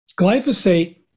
Glyphosate